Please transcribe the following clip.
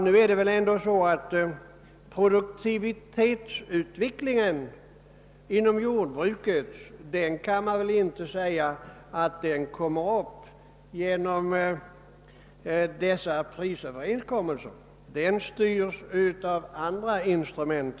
Nu kan väl produktivitetsutvecklingen inom jordbruket knappast sägas komma att påverkas genom dessa prisöverenskommelser, utan den styrs av andra instrument.